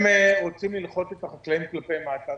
הם רוצים ללחוץ את החקלאים כלפי מטה,